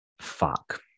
Fuck